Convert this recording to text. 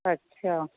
अच्छा